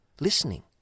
listening